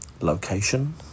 Location